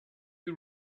you